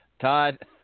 Todd